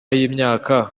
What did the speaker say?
y’imyaka